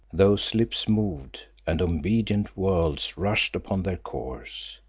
those lips moved and obedient worlds rushed upon their course.